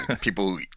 People